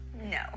no